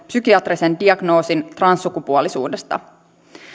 psykiatrista diagnoosia transsukupuolisuudesta